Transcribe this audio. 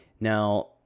Now